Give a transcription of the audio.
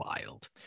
wild